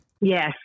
Yes